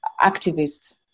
activists